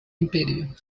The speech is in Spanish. imperio